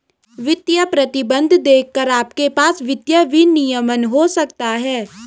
वित्तीय प्रतिबंध देखकर आपके पास वित्तीय विनियमन हो सकता है